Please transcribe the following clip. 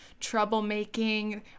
troublemaking